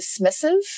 dismissive